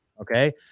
Okay